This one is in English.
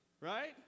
right